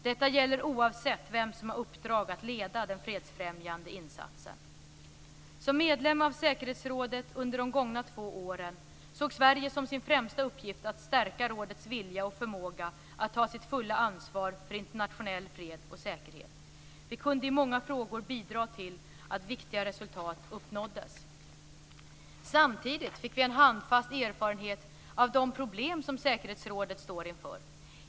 Detta gäller oavsett vem som har uppdrag att leda den fredsfrämjande insatsen. Som medlem av säkerhetsrådet under de gångna två åren såg Sverige som sin främsta uppgift att stärka rådets vilja och förmåga att ta sitt fulla ansvar för internationell fred och säkerhet. Vi kunde i många frågor bidra till att viktiga resultat uppnåddes. Samtidigt fick vi en handfast erfarenhet av de problem som säkerhetsrådet står inför.